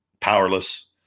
powerless